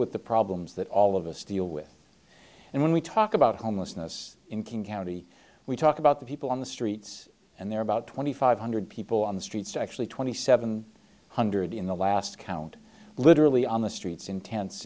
with the problems that all of us deal with and when we talk about homelessness in king county we talk about the people on the streets and there are about twenty five hundred people on the streets actually twenty seven hundred in the last count literally on the streets in ten